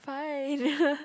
fine